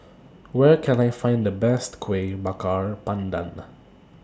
Where Can I Find The Best Kueh Bakar Pandan